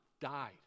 died